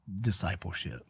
discipleship